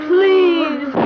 Please